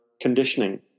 conditioning